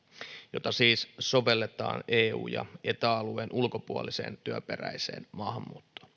jota siis sovelletaan eu ja eta alueen ulkopuoliseen työperäiseen maahanmuuttoon